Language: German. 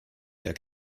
der